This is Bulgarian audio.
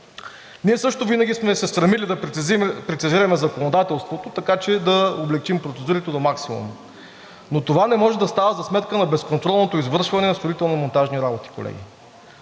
Ние също винаги сме се стремили да прецизираме законодателството, така че да облекчим процедурите до максимум, но това не може да става за сметка на безконтролното извършване на строително-монтажни работи, колеги.